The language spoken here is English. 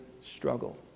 struggle